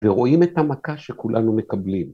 ורואים את המכה שכולנו מקבלים.